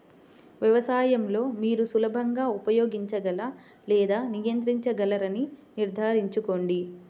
వ్యవసాయం లో మీరు సులభంగా ఉపయోగించగల లేదా నియంత్రించగలరని నిర్ధారించుకోండి